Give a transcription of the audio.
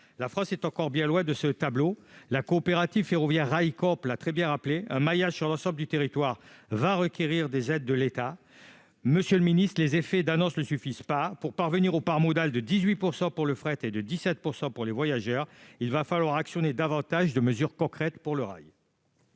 la France est encore bien loin de ce tableau, la coopérative ferroviaire Railcoop l'a très bien rappelé un maillage sur l'ensemble du territoire va requérir des aides de l'État, monsieur le Ministre, les effets d'annonce ne suffisent pas pour parvenir au part modale de 18 % pour le fret et de 17 % pour les voyageurs, il va falloir actionner davantage de mesures concrètes pour le rail.